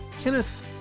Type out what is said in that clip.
Kenneth